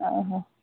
ଅ ହଁ